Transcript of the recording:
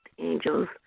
angels